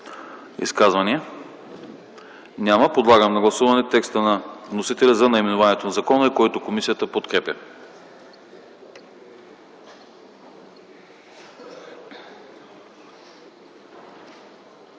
Изказвания? Няма. Подлагам на гласуване текста на вносителя за наименованието на закона, който комисията подкрепя.